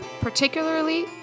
particularly